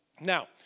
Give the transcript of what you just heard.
Now